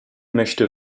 möchte